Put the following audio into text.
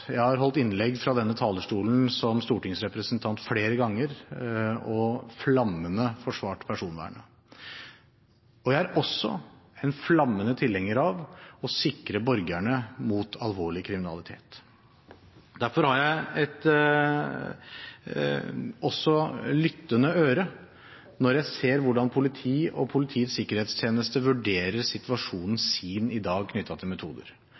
Jeg har holdt innlegg fra denne talerstolen som stortingsrepresentant flere ganger og flammende forsvart personvernet. Jeg er også en flammende tilhenger av å sikre borgerne mot alvorlig kriminalitet. Derfor har jeg også et lyttende øre når jeg ser hvordan politiet og Politiets sikkerhetstjeneste i dag vurderer situasjonen sin knyttet til metoder.